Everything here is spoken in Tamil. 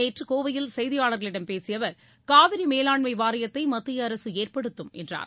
நேற்று கோவையில் செய்தியாளர்களிடம் பேசிய அவர் காவிரி மேலாண்மை வாரியத்தை மத்திய அரசு ஏற்படுத்தும் என்றார்